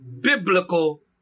biblical